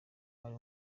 ari